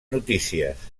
notícies